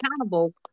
accountable